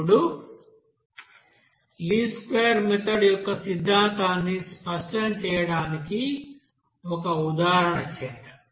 ఇప్పుడు least square method యొక్క ఈ సిద్ధాంతాన్ని స్పష్టం చేయడానికి ఒక ఉదాహరణ చేద్దాం